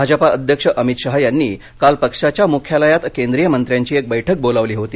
भाजपा अध्यक्ष अमित शहा यांनी काल पक्षाच्या मुख्यालयात केंद्रीय मंत्र्यांची एक बैठक बोलावली होती